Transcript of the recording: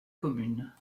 commune